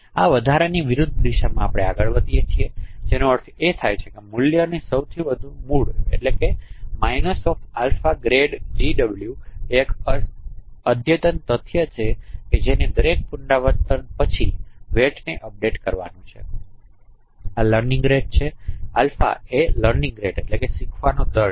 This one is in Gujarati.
આ વધારાની વિરુદ્ધ દિશામાં આપણે આગળ વધીએ છીયે જેનો અર્થ થાય છે મૂલ્યની સૌથી વધુ મૂળ એટ્લે કે એ એક અધ્યતન તથ્ય છે જેને દરેક પુનરાવર્તન પછી વેટને અપડેટ કરવાનું છે આ લર્નિંગ દર છે આલ્ફા એ શીખવાનો દર છે